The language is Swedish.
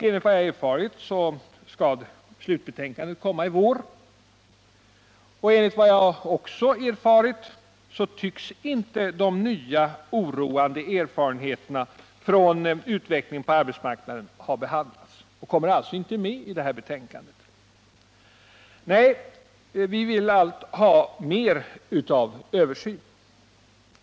Enligt vad jag erfarit skall slutbetänkandet komma i vår, och enligt vad jag också erfarit tycks inte de nya oroande erfarenheterna från utvecklingen på arbetsmarknaden ha behandlats av utredningen — det kommer alltså inte med i det betänkandet. Nej, vi vill allt ha mer av översyn.